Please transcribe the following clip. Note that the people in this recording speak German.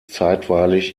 zeitweilig